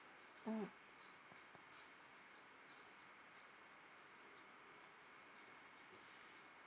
mmhmm